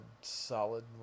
solid